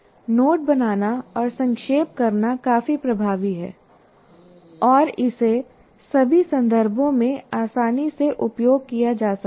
note बनाना और संक्षेप करना काफी प्रभावी है और इसे सभी संदर्भों में आसानी से उपयोग किया जा सकता है